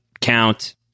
count